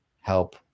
help